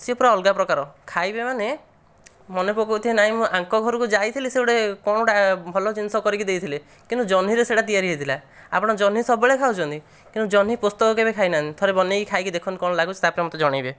ସେ ପୁରା ଅଲଗା ପ୍ରକାରର ଖାଇବେ ମାନେ ମନେ ପକାଉଥିବେ ନାହିଁ ମୁଁ ୟା'ଙ୍କ ଘରକୁ ଯାଇଥିଲି ସେ କଣ ଗୋଟାଏ ଭଲ ଜିନିଷ କରିକି ଦେଇଥିଲେ କିନ୍ତୁ ଜହ୍ନିରେ ସେଇଟା ତିଆରି ହୋଇଥିଲା ଆପଣ ଜହ୍ନି ସବୁବେଳେ ଖାଉଛନ୍ତି କିନ୍ତୁ ଜହ୍ନି ପୋସ୍ତକ କେବେ ଖାଇ ନାହାନ୍ତି ଥରେ ବନେଇକି ଖାଇକି ଦେଖନ୍ତୁ କଣ ଲାଗୁଛି ତା'ପରେ ମତେ ଜଣେଇବେ